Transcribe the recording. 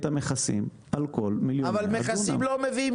אני אומר לכם שהמספרים פה לא מובנים ולא